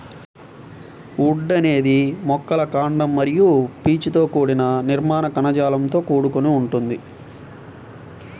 would అనేది మొక్కల కాండం మరియు పీచుతో కూడిన నిర్మాణ కణజాలంతో కూడుకొని ఉంటుంది